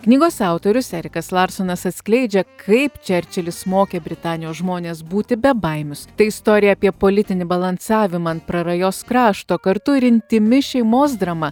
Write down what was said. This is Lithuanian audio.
knygos autorius erikas larsonas atskleidžia kaip čerčilis mokė britanijos žmones būti bebaimius tai istorija apie politinį balansavimą ant prarajos krašto kartu ir intymi šeimos drama